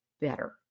better